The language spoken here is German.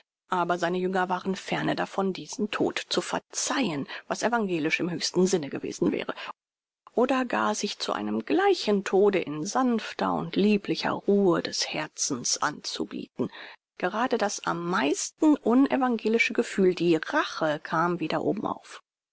aber seine jünger waren ferne davon diesen tod zu verzeihen was evangelisch im höchsten sinne gewesen wäre oder gar sich zu einem gleichen tode in sanfter und lieblicher ruhe des herzens anzubieten gerade das am meisten unevangelische gefühl die rache kam wieder obenauf